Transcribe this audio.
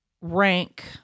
rank